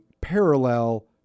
parallel